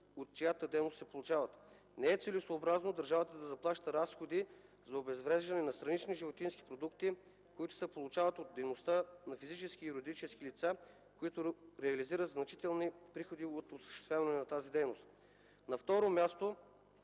от чиято дейност се получават. Не е целесъобразно държавата да заплаща разходите за обезвреждане на странични животински продукти, които се получават от дейността на физически и юридически лица, които реализират значителни приходи от осъществяването на тази дейност. На второ място,